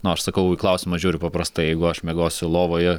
nu aš sakau į klausimą žiūriu paprastai jeigu aš miegosiu lovoje